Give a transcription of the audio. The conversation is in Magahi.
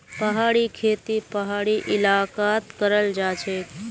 पहाड़ी खेती पहाड़ी इलाकात कराल जाछेक